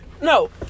No